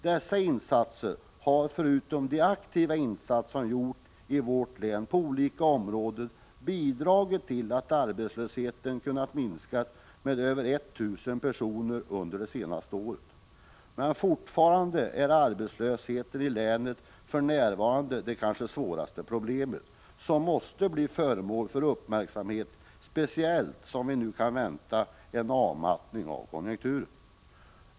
Dessa insatser har, förutom de aktiva insatser som gjorts i vårt län på olika områden, bidragit till att arbetslösheten kunnat minskas med över 1 000 personer under det senaste året. Fortfarande är dock arbetslösheten i länet det svåraste problemet, som måste bli föremål för uppmärksamhet, speciellt som vi kan vänta en avmattning av konjunkturen.